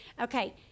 Okay